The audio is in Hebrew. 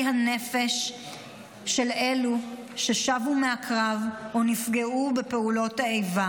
הנפש של אלו ששבו מהקרב או נפגעו בפעולות האיבה,